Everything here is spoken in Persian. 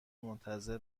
منتظر